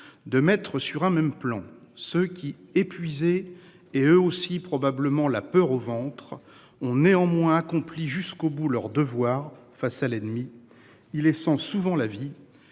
de mettre sur un même plan ceux qui épuisés et eux aussi probablement la peur au ventre ont néanmoins accompli jusqu'au bout leurs devoirs face à l'ennemi. Il est 100 souvent la vie